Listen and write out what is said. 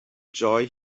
joy